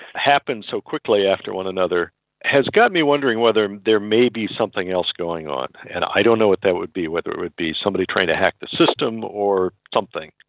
happened so quickly after one another has got me wondering whether there may be something else going on, and i don't know what to that would be, whether it would be somebody trying to hack the system or something.